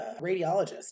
radiologist